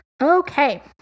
Okay